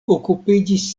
okupiĝis